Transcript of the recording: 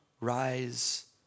rise